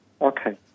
Okay